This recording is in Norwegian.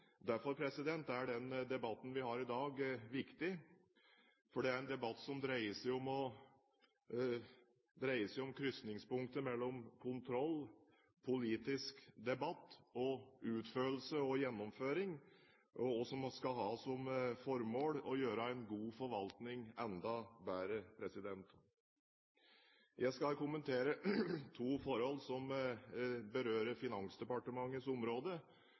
er den debatten vi har i dag viktig, for det er en debatt som dreier seg om krysningspunktet mellom kontroll, politisk debatt, utførelse og gjennomføring, som skal ha som formål å gjøre en god forvaltning enda bedre. Jeg skal kommentere to forhold som berører Finansdepartementets område,